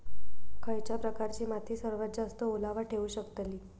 खयच्या प्रकारची माती सर्वात जास्त ओलावा ठेवू शकतली?